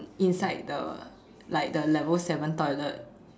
inside the like the level seven toilet